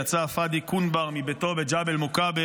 יצא פאדי קונבר מביתו בג'בל מוכבר